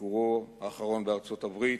בביקורו האחרון בארצות-הברית,